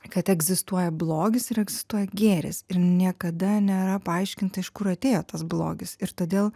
kad egzistuoja blogis ir egzistuoja gėris ir niekada nėra paaiškinta iš kur atėjo tas blogis ir todėl